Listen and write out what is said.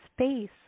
space